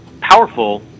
powerful